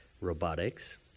robotics